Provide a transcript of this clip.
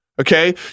okay